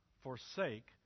forsake